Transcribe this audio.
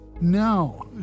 No